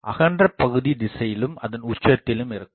அகன்ற பகுதிதிசையிலும் அதன் உச்சத்தில் இருக்கும்